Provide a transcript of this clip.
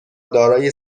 دارای